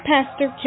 Pastor